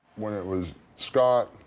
when it was scott,